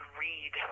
read